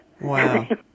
Wow